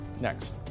Next